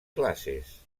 classes